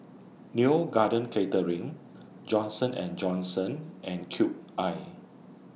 Neo Garden Catering Johnson and Johnson and Cube I